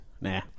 Nah